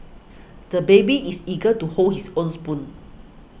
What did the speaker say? the baby is eager to hold his own spoon